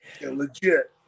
Legit